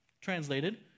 translated